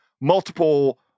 multiple